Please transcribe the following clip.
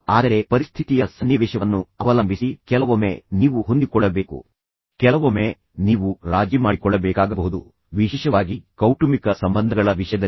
ಆದರೆ ಪರಿಸ್ಥಿತಿಯ ಸನ್ನಿವೇಶವನ್ನು ಅವಲಂಬಿಸಿ ಕೆಲವೊಮ್ಮೆ ನೀವು ಹೊಂದಿಕೊಳ್ಳಬೇಕು ಎಂದು ನಾನು ಹೇಳಿದ್ದೇನೆ ಕೆಲವೊಮ್ಮೆ ನೀವು ರಾಜಿ ಮಾಡಿಕೊಳ್ಳಬೇಕಾಗಬಹುದು ವಿಶೇಷವಾಗಿ ಕೌಟುಂಬಿಕ ಸಂಬಂಧಗಳ ವಿಷಯದಲ್ಲಿ